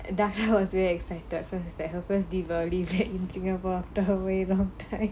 diana was very excited for that her first deepavali back in singapore after her waver